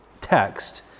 text